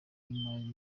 y’imari